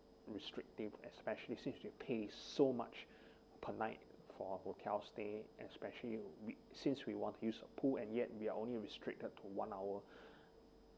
restrictive especially since we paid so much per night for a hotel stay especially you we since we want to use a pool and yet we are only restricted to one hour